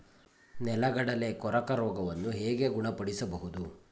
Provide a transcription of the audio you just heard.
ನೆಲಗಡಲೆ ಕೊರಕ ರೋಗವನ್ನು ಹೇಗೆ ಗುಣಪಡಿಸಬಹುದು?